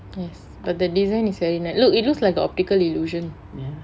yes but the design is very nice it looks like a optical illusion